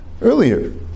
earlier